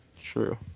True